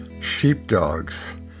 Sheepdogs